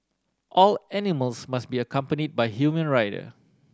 all animals must be accompany by human rider